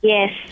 Yes